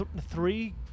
three